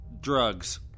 Drugs